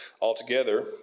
altogether